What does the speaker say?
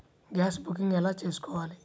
Gas booking ఎలా చేసుకోవాలి?